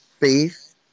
Faith